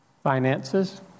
Finances